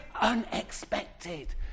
unexpected